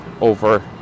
over